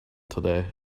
today